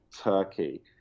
Turkey